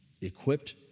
equipped